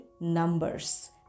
numbers